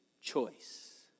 choice